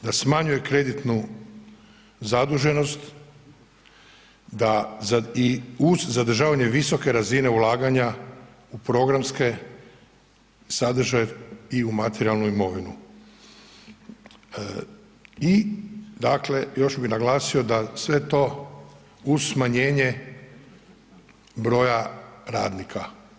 Da smanjuje kreditnu zaduženost, da za i uz zadržavanje visoke razine ulaganja u programske sadržaje i u materijalnu imovinu i dakle, još bi naglasio da sve to uz smanjenje broja radnika.